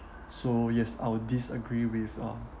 so yes I'll disagree with uh